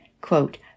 Quote